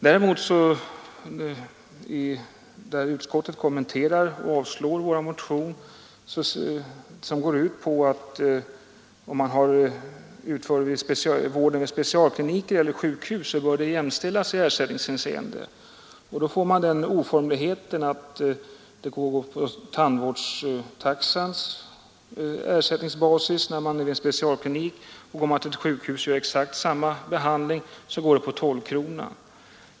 Vår motion, som utskottet har behandlat och avstyrkt, går emellertid ut på att vård vid specialklinik eller sjukhus skall jämställas i ersättningshänseende, annars får man den oformligheten att vården vid specialklinik ersättes efter tandvårdstaxan, medan vården vid sjukhus blir exakt densamma men går efter 12-kronan.